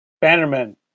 Bannerman